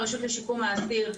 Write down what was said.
ברשות לשיקום האסיר,